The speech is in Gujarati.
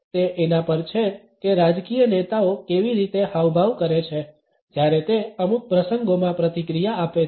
તે એના પર છે કે રાજકીય નેતાઓ કેવી રીતે હાવભાવ કરે છે જ્યારે તે અમુક પ્રસંગોમાં પ્રતિક્રિયા આપે છે